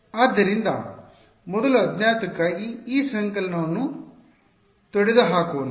ಆದ್ದರಿಂದ ಮೊದಲು ಅಜ್ಞಾತ ಕ್ಕಾಗಿ ಈ ಸಂಕಲನವನ್ನು ತೊಡೆದುಹಾಕೋಣ